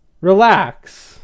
relax